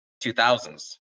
2000s